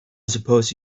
suppose